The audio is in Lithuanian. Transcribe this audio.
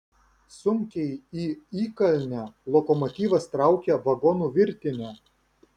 sunkiai į įkalnę lokomotyvas traukia vagonų virtinę